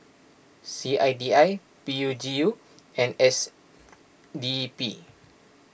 C I D I P U G U and S D P